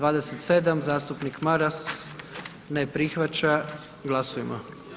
27, zastupnik Maras, ne prihvaća, glasujmo.